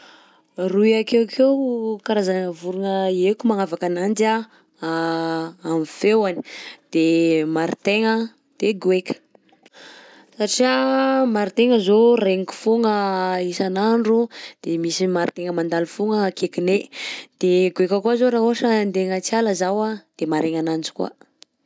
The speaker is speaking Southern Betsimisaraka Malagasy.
Roy akeokeo karazagna vorogna haiko magnavaka ananjy anh am'feoany: de maritaigna de goaika, satria maritaigna zao regniko foagna isan'andro de misy maritaigna mandalo foagna akaikinay de goaika koa izao raha ohatra andeha agnaty ala zao anh de maharegny ananjy koa.